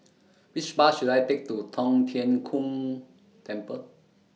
Which Bus should I Take to Tong Tien Kung Temple